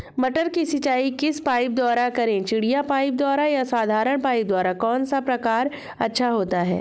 मटर की सिंचाई किस पाइप द्वारा करें चिड़िया पाइप द्वारा या साधारण पाइप द्वारा कौन सा प्रकार अच्छा होता है?